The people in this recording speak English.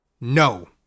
No